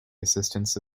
assistance